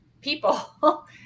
people